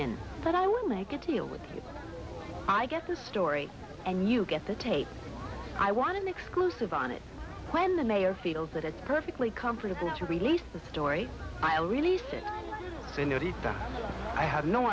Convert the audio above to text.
in but i will make a deal with you i get the story and you get the tape i want an exclusive on it when the mayor feels that it's perfectly comfortable to release the story i'll release it